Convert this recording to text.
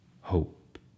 hope